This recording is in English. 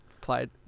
played